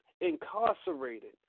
incarcerated